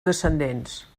descendents